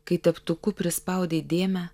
kai teptuku prispaudei dėmę